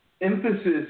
emphasis